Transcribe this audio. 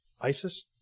ISIS